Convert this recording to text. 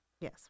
Yes